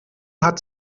hat